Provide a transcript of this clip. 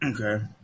Okay